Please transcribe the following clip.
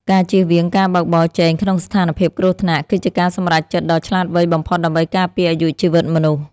ការជៀសវាងការបើកបរជែងក្នុងស្ថានភាពគ្រោះថ្នាក់គឺជាការសម្រេចចិត្តដ៏ឆ្លាតវៃបំផុតដើម្បីការពារអាយុជីវិតមនុស្ស។